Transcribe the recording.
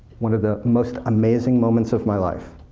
one of the most amazing moments of my life.